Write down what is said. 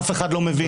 אף אחד לא מבין?